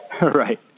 right